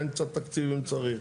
תיתן קצת תקציב אם צריך.